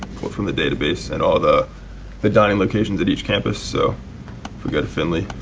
from the database and all the the dining locations at each campus. so if we go to findley